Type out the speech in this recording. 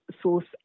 source